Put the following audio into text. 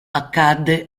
accadde